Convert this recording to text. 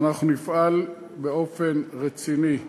ואנחנו נפעל באופן רציני,